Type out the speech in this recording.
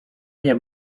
nie